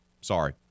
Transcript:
Sorry